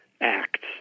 acts